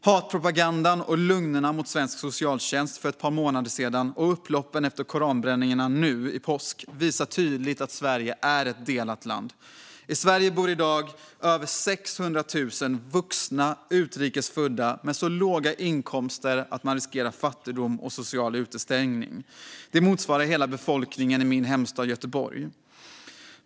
Hatpropagandan och lögnerna mot svensk socialtjänst för ett par månader sedan och upploppen efter koranbränningarna nu i påsk visar tydligt att Sverige är ett delat land. I Sverige bor i dag över 600 000 utrikes födda vuxna med så låga inkomster att de riskerar fattigdom och social utestängning. Det motsvarar hela befolkningen i min hemstad Göteborg.